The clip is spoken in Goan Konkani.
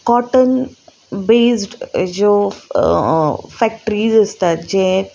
कॉटन बेज्ड ज्यो फॅक्ट्रीज आसतात जें